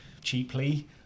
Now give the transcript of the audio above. cheaply